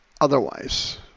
otherwise